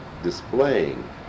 displaying